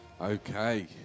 Okay